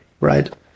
Right